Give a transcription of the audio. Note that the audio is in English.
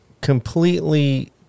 completely